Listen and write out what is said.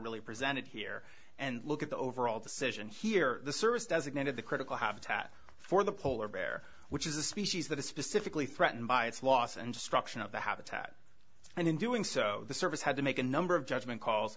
really presented here and look at the overall decision here the service designated the critical habitat for the polar bear which is a species that is specifically threatened by its loss and destruction of the habitat and in doing so the service had to make a number of judgment calls